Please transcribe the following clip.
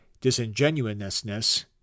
disingenuousness